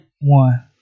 one